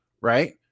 Right